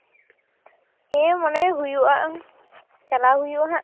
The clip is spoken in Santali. ᱦᱮᱸ ᱢᱟᱱᱮ ᱦᱩᱭᱩᱜᱼᱟ ᱪᱟᱞᱟᱣ ᱦᱩᱭᱩᱜᱼᱟ ᱦᱟᱸᱜ